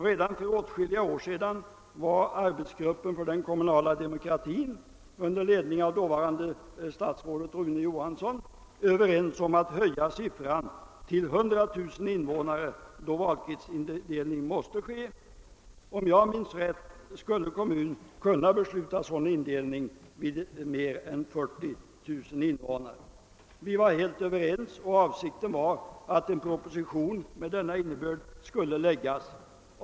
Redan för åtskilliga år sedan var arbetsgruppen för den kommunala demokratin under ledning av dåvarande statsrådet Rune Johansson överens om att höja siffran till 100 000. invånare då valkretsindelning måste ske. Om jag minns rätt skulle kommun kunna besluta sådan indelning vid mer än 40 000 invånare. Vi var helt överens, och avsikten var då att en proposition med denna innebörd skulle läggas.